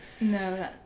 No